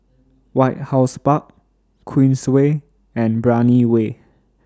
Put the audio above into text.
White House Park Queensway and Brani Way